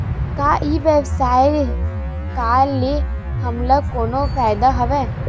का ई व्यवसाय का ले हमला कोनो फ़ायदा हवय?